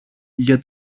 για